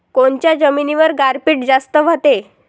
कोनच्या जमिनीवर गारपीट जास्त व्हते?